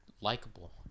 likable